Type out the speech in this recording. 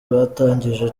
batangije